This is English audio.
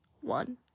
one